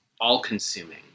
all-consuming